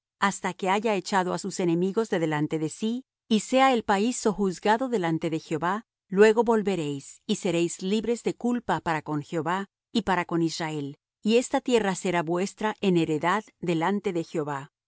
hasta que haya echado á sus enemigos de delante de sí y sea el país sojuzgado delante de jehová luego volveréis y seréis libres de culpa para con jehová y para con israel y esta tierra será vuestra en heredad delante de jehová